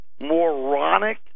moronic